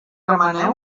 remeneu